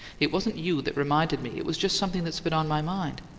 it wasn't you that reminded me. it was just something that's been on my mind.